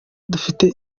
dufite